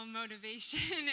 motivation